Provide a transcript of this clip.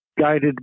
guided